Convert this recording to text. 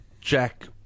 Jack